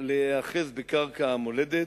להיאחז בקרקע המולדת,